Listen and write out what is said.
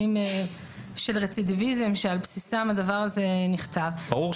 של רצידביזם שעל בסיסם הדבר הזה נכתב --- ברור.